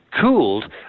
cooled